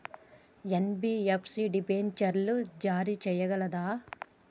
NBFC డిబెంచర్లు జారీ చేయగలదా?